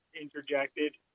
interjected